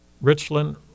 Richland